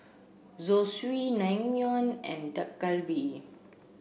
Zosui Naengmyeon and Dak Galbi